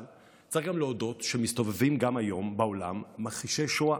אבל צריך גם להודות שמסתובבים גם היום בעולם מכחישי שואה,